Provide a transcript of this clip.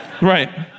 right